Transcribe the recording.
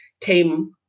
came